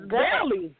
belly